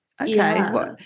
okay